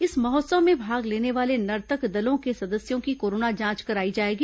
इस महोत्सव में भाग लेने वाले नर्तक दलों के सदस्यों की कोरोना जांच कराई जाएगी